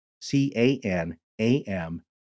C-A-N-A-M